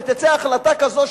תצא החלטה כזו,